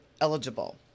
Eligible